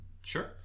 Sure